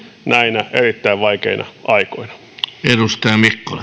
näinä erittäin vaikeina aikoina